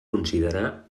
considerar